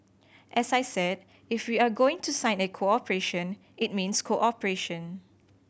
as I said if we are going to sign a cooperation it means cooperation